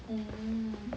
orh